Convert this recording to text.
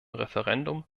referendum